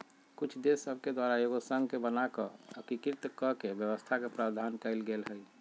कुछ देश सभके द्वारा एगो संघ के बना कऽ एकीकृत कऽकेँ व्यवस्था के प्रावधान कएल गेल हइ